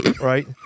right